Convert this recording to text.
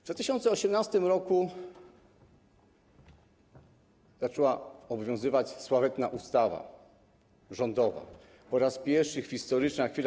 W 2018 r. zaczęła obowiązywać sławetna ustawa rządowa po raz pierwszy, historyczna chwila.